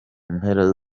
mpera